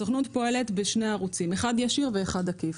הסוכנות פועלת בשני ערוצים, אחד ישיר ואחד עקיף.